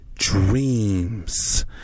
Dreams